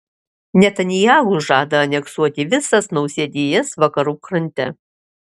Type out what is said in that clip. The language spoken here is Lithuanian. netanyahu žada aneksuoti visas nausėdijas vakarų krante